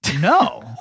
No